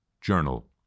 journal